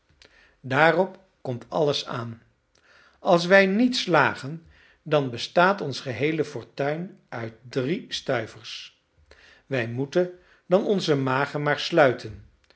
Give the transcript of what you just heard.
daarop komt alles aan als wij niet slagen dan bestaat ons geheele fortuin uit drie stuivers wij moeten dan onze magen maar sluiten